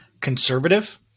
conservative